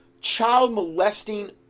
child-molesting